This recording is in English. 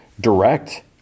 direct